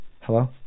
Hello